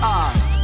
eyes